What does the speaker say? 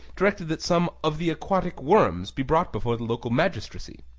directed that some of the aquatic worms be brought before the local magistracy.